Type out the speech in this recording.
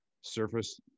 surface